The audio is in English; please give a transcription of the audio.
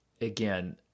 again